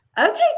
Okay